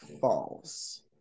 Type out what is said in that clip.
false